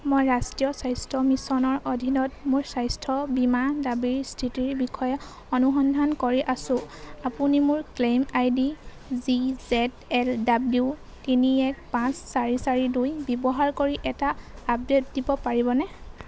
মই ৰাষ্ট্ৰীয় স্বাস্থ্য মিছনৰ অধীনত মোৰ স্বাস্থ্য বীমা দাবীৰ স্থিতিৰ বিষয়ে অনুসন্ধান কৰি আছোঁ আপুনি মোৰ claim ID G Z L W তিনি এক পাঁচ চাৰি চাৰি দুই ব্য়ৱহাৰ কৰি এটা আপডেট দিব পাৰিবনে